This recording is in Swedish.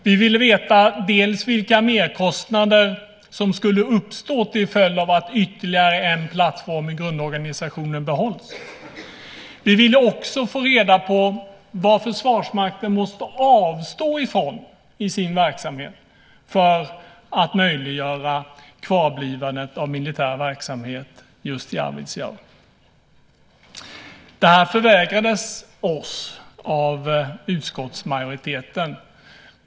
Vi ville veta dels vilka merkostnader som skulle uppstå till följd av att ytterligare en plattform i grundorganisationen behålls, dels vad Försvarsmakten måste avstå från i sin verksamhet för att möjliggöra kvarblivandet av militär verksamhet i Arvidsjaur. Detta förvägrades oss av utskottsmajoriteten.